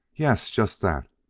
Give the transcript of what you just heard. yes, just that.